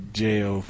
jail